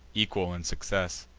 equal in success.